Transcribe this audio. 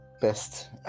best